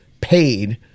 paid